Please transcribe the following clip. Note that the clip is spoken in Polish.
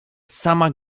sama